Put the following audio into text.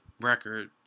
record